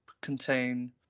contain